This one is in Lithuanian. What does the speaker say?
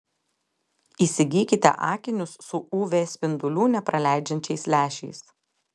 įsigykite akinius su uv spindulių nepraleidžiančiais lęšiais